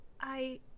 I-